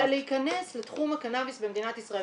להיכנס לתחום הקנאביס במדינת ישראל,